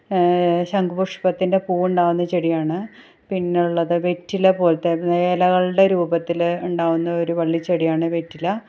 ശങ്കുപുഷ്പത്തിന്റെ പൂവുണ്ടാവുന്ന ചെടിയാണ് പിന്നെയുള്ളത് വെറ്റില പോലത്തെ ഇലകളുടെ രൂപത്തിൽ ഉണ്ടാവുന്ന ഒരു വള്ളിച്ചെടിയാണ് വെറ്റില